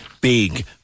big